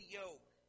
yoke